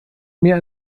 mehr